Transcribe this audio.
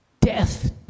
Death